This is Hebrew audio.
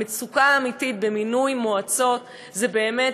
המצוקה האמיתית במינוי מועצות היא באמת